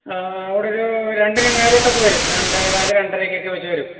ആ അവിടൊരു രണ്ടിന് മേലോട്ടെക്കെ വരും രണ്ടേകാൽ രണ്ടരക്കെക്കെ വെച്ച് വരും